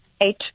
eight